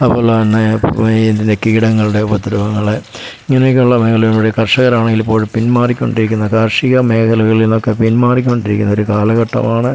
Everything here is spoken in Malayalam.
അതുപോലെ തന്നെ ഈ കീടങ്ങളുടെ ഉപദ്രവങ്ങൾ ഇങ്ങനെയൊക്കെയുള്ള മേഖലകളിലൂടെ കർഷകരാണെങ്കിൽ ഇപ്പോൾ പിന്മാറിക്കൊണ്ടിരിക്കുന്ന കാർഷിക മേഖലകളിൽ നിന്നൊക്കെ പിന്മാറിക്കൊണ്ടിരിക്കുന്ന ഒരു കാലഘട്ടമാണ്